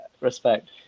respect